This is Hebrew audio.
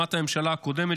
לעומת הממשלה הקודמת,